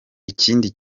ikindi